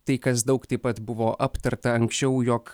tai kas daug taip pat buvo aptarta anksčiau jog